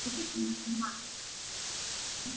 एसे खमायदो होमबा